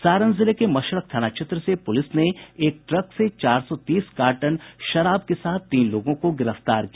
सारण जिले के मशरख थाना क्षेत्र से पुलिस ने एक ट्रक से चार सौ तीस कार्टन विदेशी शराब के साथ तीन लोगों को गिरफ्तार किया